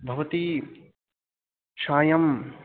भवती सायम्